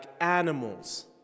animals